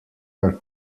are